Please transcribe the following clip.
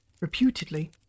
reputedly